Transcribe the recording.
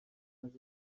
naje